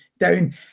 down